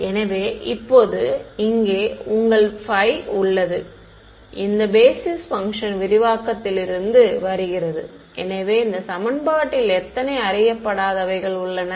எனவே இப்போது இங்கே உங்கள் phi உள்ளது இந்த பேஸிஸ் பங்க்ஷன் விரிவாக்கத்திலிருந்து வருகிறது எனவே இந்த சமன்பாட்டில் எத்தனை அறியப்படாதவைகள் உள்ளன